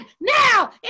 now